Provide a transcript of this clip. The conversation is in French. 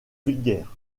vulgaire